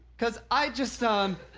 cause i just, um